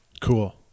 Cool